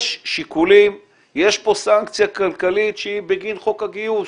יש פה סנקציה כלכלית שהיא בגין חוק הגיוס,